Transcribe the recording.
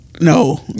No